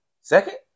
second